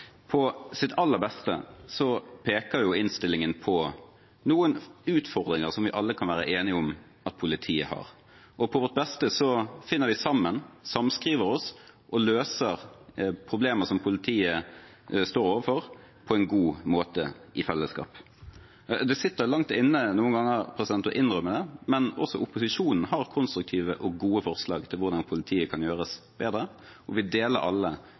På sitt aller beste peker innstillingen på noen utfordringer som vi alle kan være enige om at politiet har, og på vårt beste finner vi sammen, samskriver oss og løser problemer som politiet står overfor, på en god måte, i fellesskap. Det sitter langt inne noen ganger å innrømme det, men også opposisjonen har konstruktive og gode forslag til hvordan politiet kan gjøres bedre, og vi deler alle